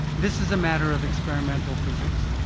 this is a matter of experimental physics.